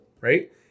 right